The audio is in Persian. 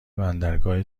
بندرگاه